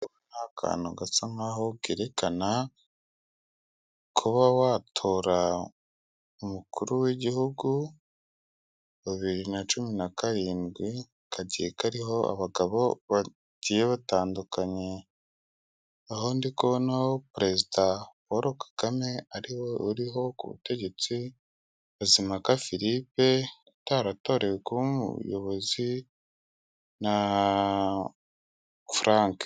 Akantu gasa nk'aho kerekana kuba watora umukuru w'igihugu, bibiri na cumi na karindwi kagiye kariho abagabo bagiye batandukanye aho ndi kubonaho perezida Paul Kagame ariwe uriho ku butegetsi, Mazimpaka Philippe utaratorewe kuba umuyobozi na Frank.